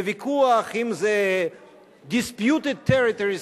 לוויכוח אם זה dispute territories,